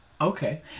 Okay